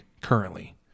currently